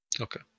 Okay